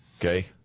Okay